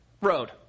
road